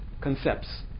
concepts